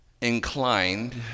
inclined